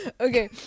okay